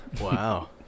Wow